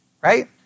right